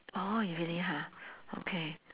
oh you really ha okay